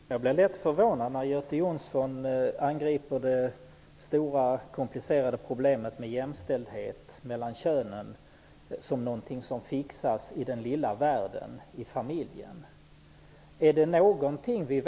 Herr talman! Jag blev lätt förvånad när Göte Jonsson hänvisade till det stora och komplicerade problemet med jämställdhet mellan könen som något som klaras i den lilla världen, inom familjen.